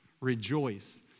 Rejoice